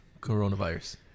coronavirus